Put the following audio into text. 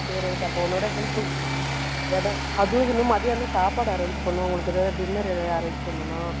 சரி அதுதாம்பா உன்னோடய ஹெல்ப்பு ஏன்னா அதுவும் செய்யணும் மதியானம் சாப்பாடு அரேஞ்ச் பண்ணும் அவங்களுக்கு ஏதாவது டின்னரு ஏதாவது அரேஞ்ச் பண்ணனும்